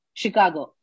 Chicago